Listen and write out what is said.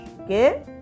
Okay